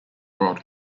world